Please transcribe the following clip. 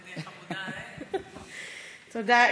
תודה.